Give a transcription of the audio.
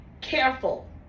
careful